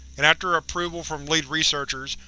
and after approval from lead researchers,